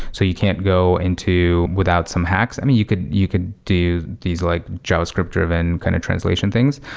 so you can't go into without some hacks. i mean, you could you could do these like javascript-driven kind of translation things,